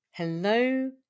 Hello